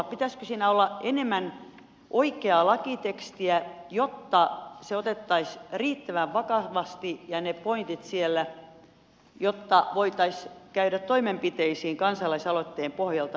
pitäisikö siinä olla enemmän oikeaa lakitekstiä jotta se otettaisiin riittävän vakavasti ja ne pointit siellä jotta voitaisiin käydä toimenpiteisiin kansalaisaloitteen pohjalta